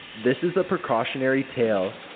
this is a precautionary tale.